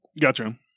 Gotcha